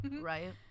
right